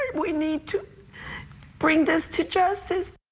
we need to bring this to justice.